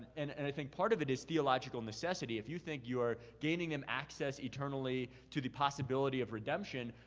and and i think part of it is theological necessity. if you think you're gaining them access eternally to the possibility of redemption,